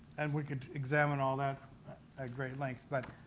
and we could examine all that at great lengths, but